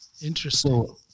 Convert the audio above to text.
interesting